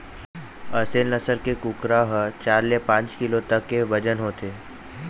असेल नसल के कुकरा ह चार ले पाँच किलो तक के बजन होथे